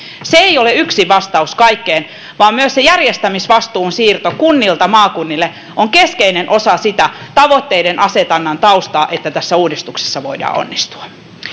se ei ole yksin vastaus kaikkeen vaan myös se järjestämisvastuun siirto kunnilta maakunnille on keskeinen osa sitä tavoitteiden asetannan taustaa jotta tässä uudistuksessa voidaan onnistua